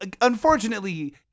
unfortunately